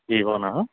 వివోనా